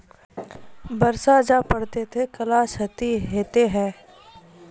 बरसा जा पढ़ते थे कला क्षति हेतै है?